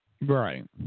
Right